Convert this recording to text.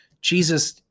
Jesus